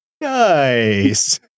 nice